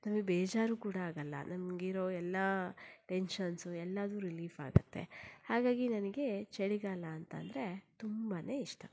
ನಮಗೆ ಬೇಜಾರು ಕೂಡ ಆಗೋಲ್ಲ ನಮಗಿರೋ ಎಲ್ಲ ಟೆನ್ಶನ್ಸು ಎಲ್ಲವೂ ರಿಲೀಫ್ ಆಗುತ್ತೆ ಹಾಗಾಗಿ ನನಗೆ ಚಳಿಗಾಲ ಅಂತ ಅಂದ್ರೆ ತುಂಬನೇ ಇಷ್ಟ